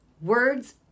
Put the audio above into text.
words